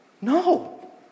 No